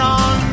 on